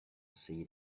see